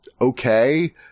okay